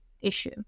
issue